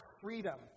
freedom